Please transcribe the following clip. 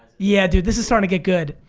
yeah dude, this is starting to get good.